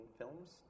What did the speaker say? films